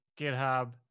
GitHub